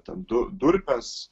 ten du durpes